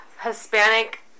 Hispanic